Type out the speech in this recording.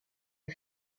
der